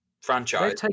franchise